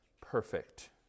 perfect